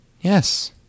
Yes